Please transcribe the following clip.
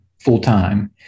full-time